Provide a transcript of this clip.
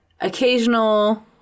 occasional